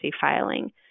filing